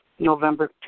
November